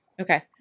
okay